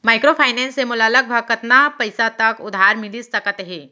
Microfinance से मोला लगभग कतना पइसा तक उधार मिलिस सकत हे?